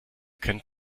kennt